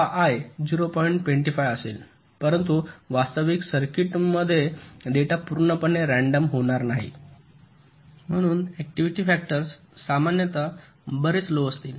25 असेल परंतु वास्तविक सर्किटमध्ये डेटा पूर्णपणे रँडम होणार नाही म्हणून ऍक्टिव्हिटी फॅक्टर्स सामान्यत बरेच लो असतील